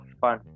fun